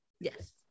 Yes